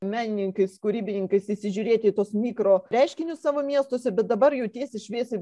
menininkais kūribininkais įsižiūrėti į tuos mikroreiškinius savo miestuose bet dabar jau tiesiai šviesiai